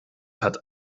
hat